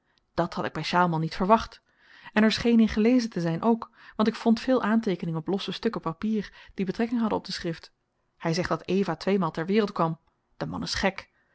dàt had ik by sjaalman niet verwacht en er scheen in gelezen te zyn ook want ik vond veel aanteekeningen op losse stukken papier die betrekking hadden op de schrift hy zegt dat eva tweemaal ter wereld kwam de man is gek